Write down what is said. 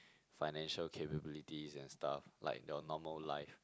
financial capabilities and stuff like your normal life